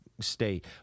state